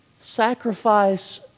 Sacrifice